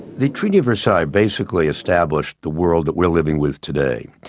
the treaty of versailles basically established the world that we're living with today.